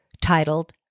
titled